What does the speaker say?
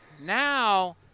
Now